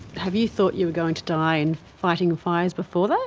have you thought you were going to die in fighting fires before that